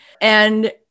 And-